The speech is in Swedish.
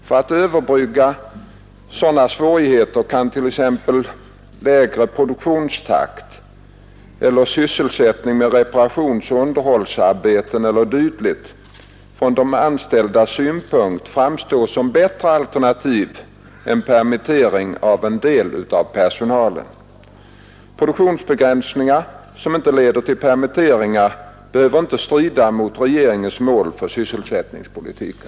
För att överbrygga sådana svårigheter kan t.ex. lägre produktionstakt eller sysselsättning med reparationsoch underhållsarbeten e. d. från de anställdas synpunkt framstå som bättre alternativ än permittering av en del av personalen. Produktionsbegränsningar som inte leder till permitteringar behöver inte strida mot regeringens mål för sysselsättningspolitiken.